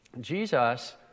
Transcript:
Jesus